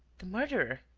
the murderer!